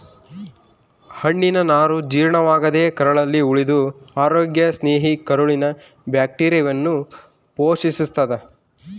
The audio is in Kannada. ಹಣ್ಣಿನನಾರು ಜೀರ್ಣವಾಗದೇ ಕರಳಲ್ಲಿ ಉಳಿದು ಅರೋಗ್ಯ ಸ್ನೇಹಿ ಕರುಳಿನ ಬ್ಯಾಕ್ಟೀರಿಯಾವನ್ನು ಪೋಶಿಸ್ತಾದ